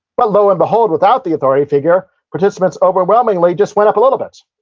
but, low and behold, without the authority figure, participants overwhelmingly just went up a little bit.